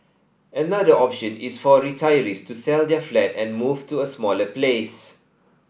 another option is for retirees to sell their flat and move to a smaller place